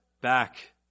back